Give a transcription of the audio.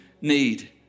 need